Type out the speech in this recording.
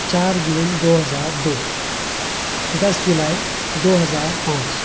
چار جون دو ہزار دو دس جولائی دو ہزار پانچ